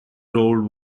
roald